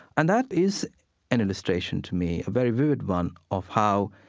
and that is an illustration to me, a very vivid one, of how,